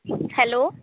hello